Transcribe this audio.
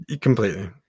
completely